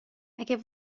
اگر